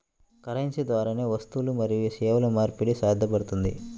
currency ద్వారానే వస్తువులు మరియు సేవల మార్పిడి సాధ్యపడుతుంది